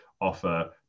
offer